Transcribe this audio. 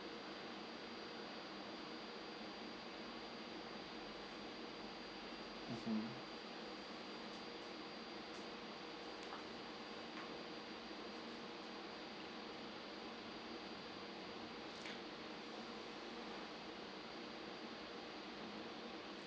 mmhmm